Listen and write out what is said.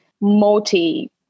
multi